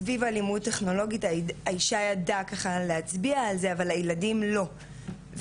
ושם זה באמת היה ניכר כמה זה קשה לילדים,